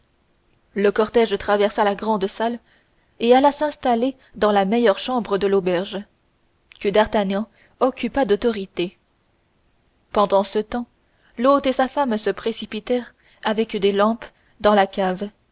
le cortège traversa la grande salle et alla s'installer dans la meilleure chambre de l'auberge que d'artagnan occupa d'autorité pendant ce temps l'hôte et sa femme se précipitèrent avec des lampes dans la cave